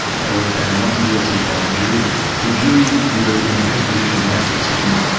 they were found not guilty by a jury. the jury were in the best position to make the decision,